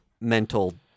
mental